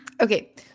Okay